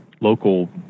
local